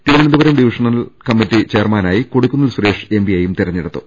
Thiruvananthapuram divisional committee ചെയർമാനായി Kodikunnil Suresh എംപിയെയും തിരഞ്ഞെടുത്തു